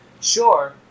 sure